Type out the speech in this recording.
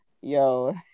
Yo